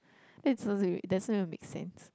that's supposed to be it doesn't even make sense